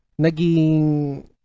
Naging